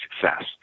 success